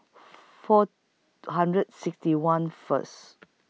four hundred sixty one First